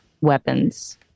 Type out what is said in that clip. weapons